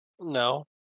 No